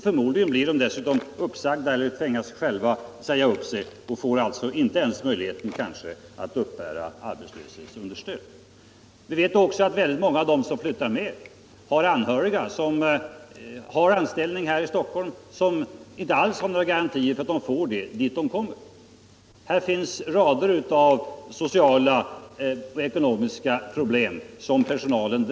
Förmodligen blir de uppsagda eller tvingas att säga upp sig och får alltså kanske inte ens möjlighet att uppbära arbetslöshetsunderstöd. Väldigt många av dem som flyttar med har anhöriga som har anställning i Stockholm. Dessa anhöriga har inte alls några garantier för att de får jobb där de hamnar. Personalen drabbas av rader av sociala och ekonomiska problem.